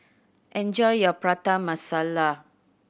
enjoy your Prata Masala